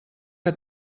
que